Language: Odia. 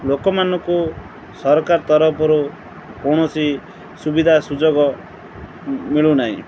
ଲୋକମାନଙ୍କୁ ସରକାର ତରଫରୁ କୌଣସି ସୁବିଧା ସୁଯୋଗ ମିଳୁନାହିଁ